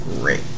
Great